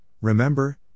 remember